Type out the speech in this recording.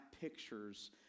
pictures